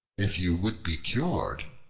if you would be cured,